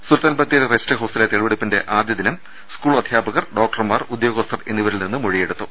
സുൽത്താൻ Bathery rest ഹൌസിലെ തെളിവെടുപ്പിന്റെ ആദ്യദിനത്തിൽ സ്കൂൾ അ ദ്ധ്യാപകർ ഡോക്ടർമാർ ഉദ്യോഗസ്ഥർ എന്നിവരിൽ നിന്ന് മൊഴിയെടുത്തു